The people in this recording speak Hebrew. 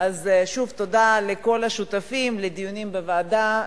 שוב תודה לכל השותפים לדיונים בוועדה,